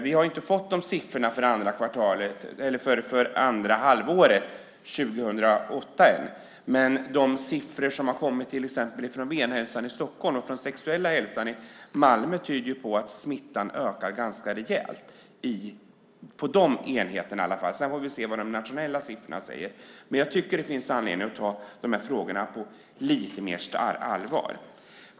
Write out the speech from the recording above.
Vi har inte fått siffrorna för andra halvåret 2008 än, men de siffror som har kommit från till exempel Venhälsan i Stockholm och Centrum för sexuell hälsa i Malmö tyder på att smittan ökar ganska rejält. Det gäller i alla fall på de enheterna, och sedan får vi se vad de nationella siffrorna säger. Jag tycker att det finns anledning att ta de här frågorna på lite mer allvar.